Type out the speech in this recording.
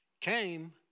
came